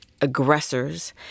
aggressors